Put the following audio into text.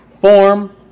form